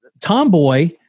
tomboy